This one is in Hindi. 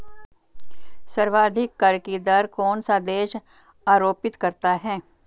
सर्वाधिक कर की दर कौन सा देश आरोपित करता है?